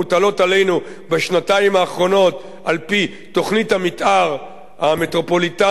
בשנתיים האחרונות על-פי תוכנית המיתאר המטרופוליטנית לאזור באר-שבע,